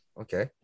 Okay